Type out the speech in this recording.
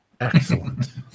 Excellent